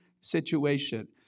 situation